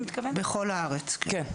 בכל הארץ, כן.